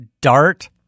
Dart